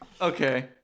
Okay